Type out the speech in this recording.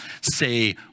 say